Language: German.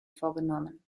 vorgenommen